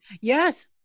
Yes